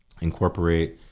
Incorporate